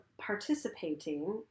participating